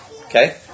okay